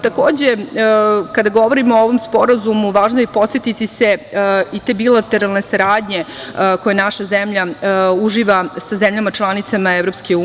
Takođe, kada govorimo o ovom sporazumu važno je podsetiti se i te bilateralne saradnje koju naša zemlja uživa sa zemljama članicama EU.